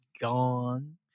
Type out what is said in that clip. gone